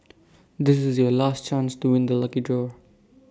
this is your last chance doing the lucky draw